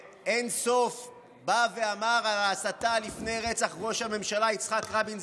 שאין-סוף בא ואמר "הסתה" לפני רצח ראש הממשלה יצחק רבין,